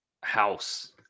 house